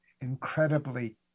incredibly